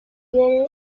diario